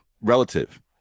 Relative